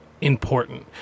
important